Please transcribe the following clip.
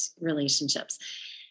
relationships